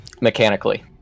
Mechanically